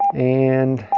and,